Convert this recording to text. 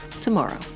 tomorrow